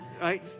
right